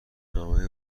همه